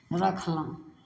रखलहुँ